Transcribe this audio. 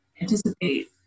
anticipate